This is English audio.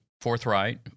forthright